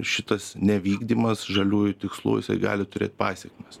šitas nevykdymas žaliųjų tikslų jisai gali turėt pasekmes